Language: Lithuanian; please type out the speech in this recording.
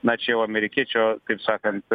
na čia jau amerikiečio kaip sakant